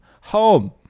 home